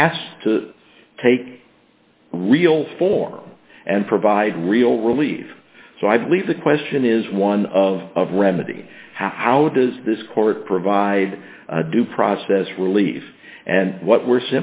has to take real form and provide real relief so i believe the question is one of remedy how does this court provide due process relief and what we're